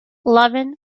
eleven